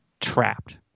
trapped